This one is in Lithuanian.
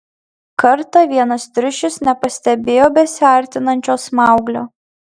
kartą vienas triušis nepastebėjo besiartinančio smauglio